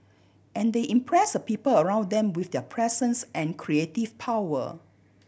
and they impress the people around them with their presence and creative power